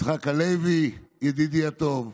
יצחק הלוי, ידידי הטוב,